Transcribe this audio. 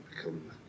become